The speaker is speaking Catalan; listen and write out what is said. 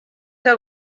que